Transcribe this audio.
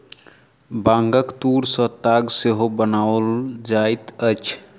बांगक तूर सॅ ताग सेहो बनाओल जाइत अछि